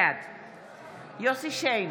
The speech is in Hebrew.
בעד יוסף שיין,